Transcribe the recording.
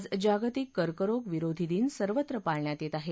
आज जागतिक कर्करोग विरोधी दिन सर्वत्र पाळण्यात येत आहे